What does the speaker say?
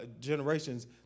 Generations